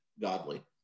godly